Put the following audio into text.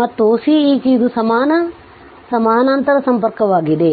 ಮತ್ತು Ceq ಇದು ಸಮಾನ ಸಮಾನಾಂತರ ಸಂಪರ್ಕವಾಗಿದೆ